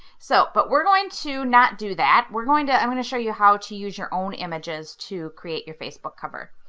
so but we're going to not do that. we're going to, i'm going to show you how to use your own images to create your facebook cover.